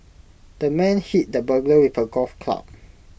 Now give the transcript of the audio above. the man hit the burglar with A golf club